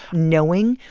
knowing,